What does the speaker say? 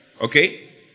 Okay